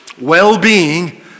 well-being